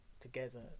together